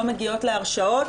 לא מגיעות להרשעות,